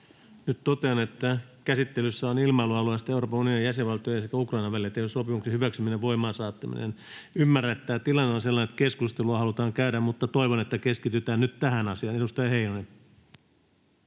Nyt totean, että käsittelyssä on ilmailualueesta Euroopan unionin jäsenvaltioiden sekä Ukrainan välillä tehdyn sopimuksen hyväksyminen ja voimaan saattaminen. Ymmärrän, että tämä tilanne on sellainen, että keskustelua halutaan käydä, mutta toivon, että keskitytään nyt tähän asiaan. — Edustaja Heinonen.